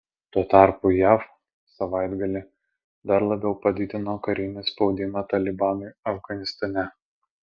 tuo tarpu jav savaitgalį dar labiau padidino karinį spaudimą talibanui afganistane